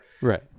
Right